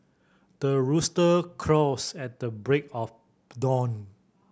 the rooster crows at the break of dawn